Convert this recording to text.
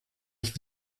nicht